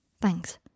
Thanks